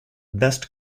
best